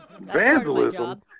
Vandalism